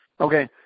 Okay